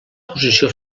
posició